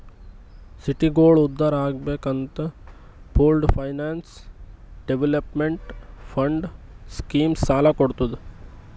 ಸಿಟಿಗೋಳ ಉದ್ಧಾರ್ ಆಗ್ಬೇಕ್ ಅಂತ pooled finance development fund scheme ಸಾಲ ಕೊಡ್ತುದ್